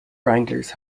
wranglers